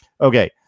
Okay